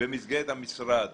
במסגרת המשרד